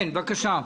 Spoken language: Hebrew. בבקשה.